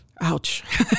ouch